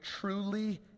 truly